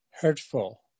hurtful